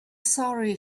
sorry